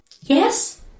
Yes